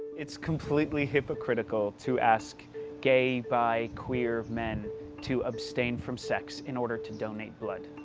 it's completely hypocritical to ask gay, bi, queer men to abstain from sex in order to donate blood.